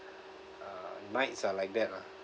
uh nights are like that lah